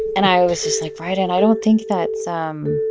and i was just like, rieden, i don't think that's um